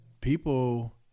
people